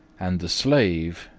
and the slave,